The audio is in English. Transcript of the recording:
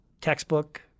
textbook